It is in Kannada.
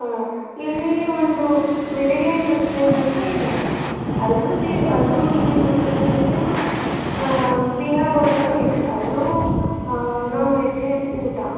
ಹಾಂ ಇಲ್ಲಿ ಒಂದು ಮೆರಿಡಿಯನ್ ರೆಸ್ಟೋರೆಂಟಂತ ಇದೆ ಅಲ್ಲೂ ಸೀ ಅಲ್ಲೂ ಮೀನಿನ ಊಟವೂ ಸಿಗುತ್ತೆ ಮತ್ತು ಬಿಹಾರ್ ಊಟವೂ ಇದೆ ಅಲ್ಲೂ ನಾನ್ವೆಜ್ಜೇ ಊಟ